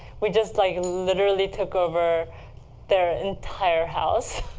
we just like literally took over their entire house.